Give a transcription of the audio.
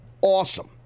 Awesome